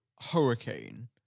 hurricane